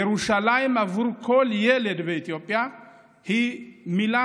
ירושלים עבור כל ילד באתיופיה היא בין